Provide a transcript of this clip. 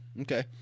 Okay